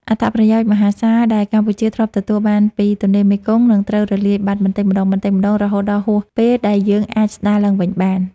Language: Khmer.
អត្ថប្រយោជន៍មហាសាលដែលកម្ពុជាធ្លាប់ទទួលបានពីទន្លេមេគង្គ នឹងត្រូវរលាយបាត់បន្តិចម្ដងៗ រហូតដល់ហួសពេលដែលយើងអាចស្ដារឡើងវិញបាន។